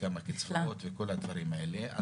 וכמה קצבאות וכל הדברים האלה.